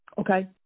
okay